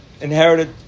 inherited